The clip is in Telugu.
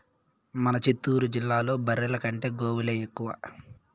మన చిత్తూరు జిల్లాలో బర్రెల కంటే గోవులే ఎక్కువ